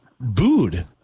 booed